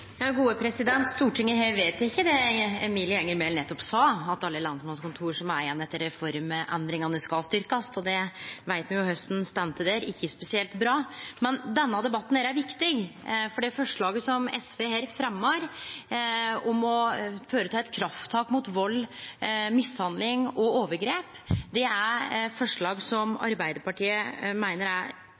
Stortinget har vedteke det Emilie Enger Mehl nettopp sa, at alle lensmannskontor som er igjen etter reformendringane, skal styrkjast, og me veit jo korleis det står til der – ikkje spesielt bra. Men denne debatten er viktig, for det representantforslaget som SV her fremjar, om å gjere eit krafttak mot vald, mishandling og overgrep, er forslag som Arbeidarpartiet meiner – iallfall mesteparten av dei – er